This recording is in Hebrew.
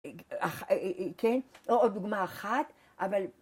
כן, עוד דוגמא אחת, אבל...